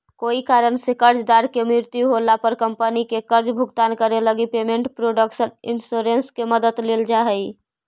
कोई कारण से कर्जदार के मृत्यु होला पर कंपनी के कर्ज भुगतान करे लगी पेमेंट प्रोटक्शन इंश्योरेंस के मदद लेल जा हइ